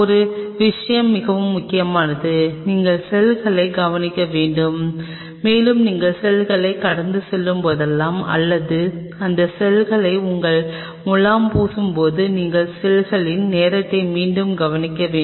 ஒரு விஷயம் மிகவும் முக்கியமானது நீங்கள் செல்களைக் கவனிக்க வேண்டும் மேலும் நீங்கள் செல்களைக் கடந்து செல்லும்போது அல்லது அந்த செல்களைக் உங்கள் முலாம் பூசும்போது நீங்கள் செல்களின் நேரத்தை மீண்டும் கவனிக்க வேண்டும்